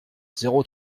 zéro